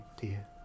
dear